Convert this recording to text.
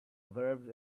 verbs